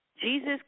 Jesus